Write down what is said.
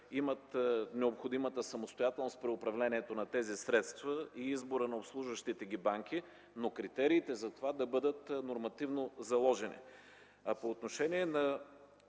имат необходимата самостоятелност при управлението на тези средства и изборът на обслужващите ги банки, но критериите за това да бъдат нормативно заложени.